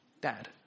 Dad